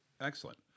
Excellent